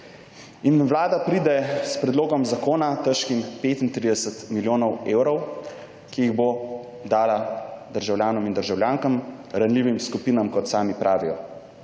vlada pride s predlogom zakona, težkim 35 milijonov evrov, ki jih bo dala državljanom in državljankam, ranljivim skupinam kot sami pravijo.